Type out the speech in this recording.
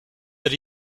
that